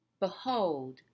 Behold